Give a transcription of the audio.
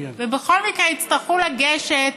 בכל מקרה יצטרכו לגשת